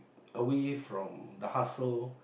away from the hustle